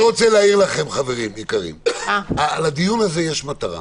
לדיון הזה יש שתי מטרות